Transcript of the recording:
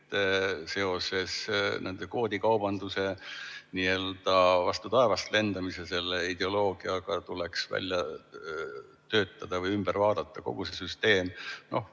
et seoses kvoodikaubanduse nii-öelda vastu taevast lendamisega, selle ideoloogiaga tuleks välja töötada või ümber vaadata kogu see süsteem.